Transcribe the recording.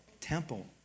temple